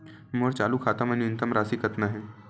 मोर चालू खाता मा न्यूनतम राशि कतना हे?